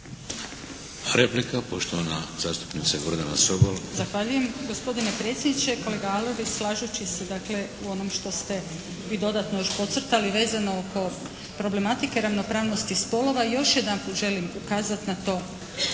Replika poštovana zastupnica Gordana Sobol. **Sobol, Gordana (SDP)** Zahvaljujem. Gospodine predsjedniče, kolega Arlović slažući se dakle u onom što ste vi dodatno još podcrtali vezano oko problematike ravnopravnosti spolova još jedanput želim ukazati na to